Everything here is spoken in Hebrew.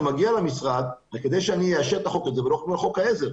זה מגיע למשרד וכדי שאני אאשר את החוק הזה --- חוק העזר?